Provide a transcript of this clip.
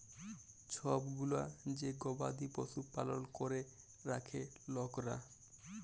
ছব গুলা যে গবাদি পশু পালল ক্যরে রাখ্যে লকরা